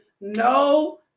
No